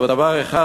אבל דבר אחד,